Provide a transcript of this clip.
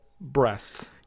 breasts